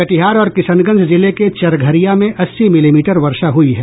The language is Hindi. कटिहार और किशनगंज जिले के चरघरिया में अस्सी मिलीमीटर वर्षा हुई है